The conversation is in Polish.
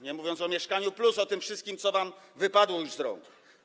Nie mówiąc o „Mieszkaniu+”, o tym wszystkim, co wam wypadło już z rąk.